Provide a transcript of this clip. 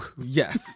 yes